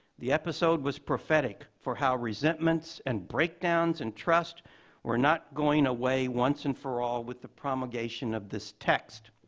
the episode was prophetic for how resentments and breakdowns in and trust were not going away once and for all with the promulgation of this text.